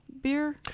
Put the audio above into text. beer